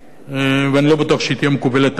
ואני לא בטוח שהיא תהיה מקובלת עליו.